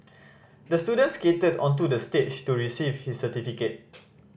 the student skated onto the stage to receive his certificate